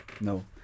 no